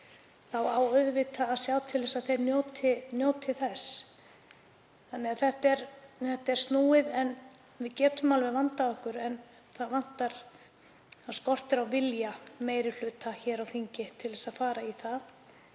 þá á auðvitað að sjá til þess að þeir njóti þess. Þetta er snúið en við getum alveg vandað okkur. En það skortir á vilja meiri hluta hér á þingi til að fara í það